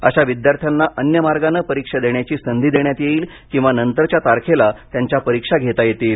अशा विद्यार्थायंना अन्य मार्गाने परीक्षा देण्याची संधी देण्यात येईल किंवा नंतरच्या तारखेला त्यांच्या परीक्षा घेता येतील